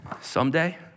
Someday